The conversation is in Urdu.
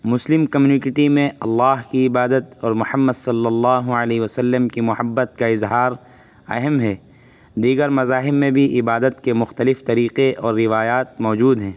مسلم کمیونٹی میں اللہ کی عبادت اور محمد صلی اللہ علیہ و سلم کی محبت کا اظہار اہم ہے دیگر مذاہب میں بھی عبادت کے مختلف طریقے اور روایات موجود ہیں